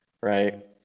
Right